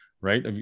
right